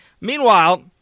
Meanwhile